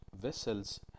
vessels